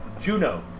Juno